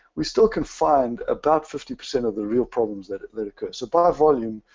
we still can find about fifty percent of the real problems that that occur. so by volume,